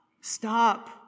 stop